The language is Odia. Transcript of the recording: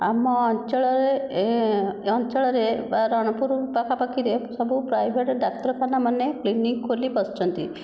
ଆମ ଅଞ୍ଚଳରେ ଅଞ୍ଚଳରେ ବା ରଣପୁର ପାଖାପାଖିରେ ସବୁ ପ୍ରାଇଭେଟ୍ ଡାକ୍ତରଖାନାମାନେ କ୍ଲିନିକ୍ ଖୋଲି ବସିଛନ୍ତି